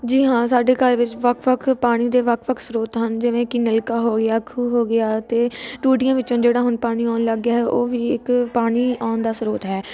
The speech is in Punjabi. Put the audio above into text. ਜੀ ਹਾਂ ਸਾਡੇ ਘਰ ਵਿੱਚ ਵੱਖ ਵੱਖ ਪਾਣੀ ਦੇ ਵੱਖ ਵੱਖ ਸਰੋਤ ਹਨ ਜਿਵੇਂ ਕਿ ਨਲਕਾ ਹੋ ਗਿਆ ਖੂਹ ਹੋ ਗਿਆ ਅਤੇ ਟੂਟੀਆਂ ਵਿੱਚੋਂ ਜਿਹੜਾ ਹੁਣ ਪਾਣੀ ਆਉਣ ਲੱਗ ਗਿਆ ਹੈ ਉਹ ਵੀ ਇੱਕ ਪਾਣੀ ਆਉਣ ਦਾ ਸਰੋਤ ਹੈ